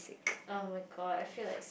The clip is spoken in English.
oh-my-god I feel like